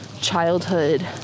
childhood